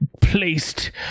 placed